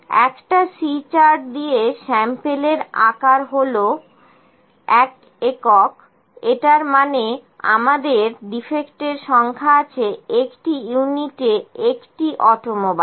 একটা C chart দিয়ে sample এর আকার হলো এক একক এটার মানে আমাদের ডিফেক্টের সংখ্যা আছে একটি ইউনিট এ একটি অটোমোবাইল